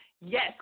Yes